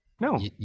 no